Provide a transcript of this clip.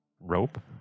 rope